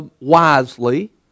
wisely